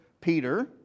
Peter